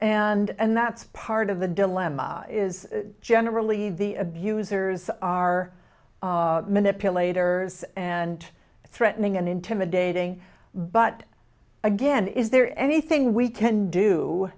and that's part of the dilemma is that generally the abusers are manipulators and threatening and intimidating but again is there anything we can do